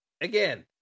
again